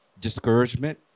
discouragement